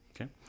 Okay